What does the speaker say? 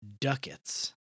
ducats